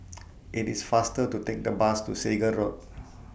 IT IS faster to Take The Bus to Segar Road